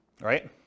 right